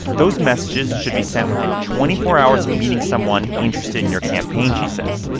those messages should be sent within twenty four hours of meeting someone interested in your campaign, she says.